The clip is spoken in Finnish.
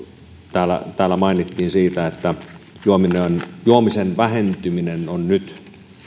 täällä täällä mainittiin siitä että juomisen juomisen vähentyminen on nyt